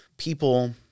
people